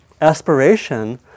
aspiration